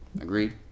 Agreed